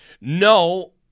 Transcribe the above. No